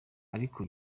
ariko